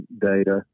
data